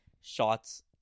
shots